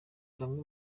bamwe